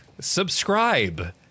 subscribe